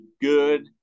good